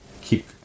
keep